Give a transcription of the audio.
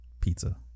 Pizza